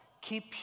Keep